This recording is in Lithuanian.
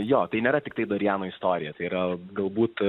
jo tai nėra tiktai dar jam istorijos yra galbūt